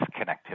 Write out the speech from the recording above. connectivity